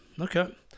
Okay